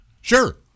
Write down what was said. Sure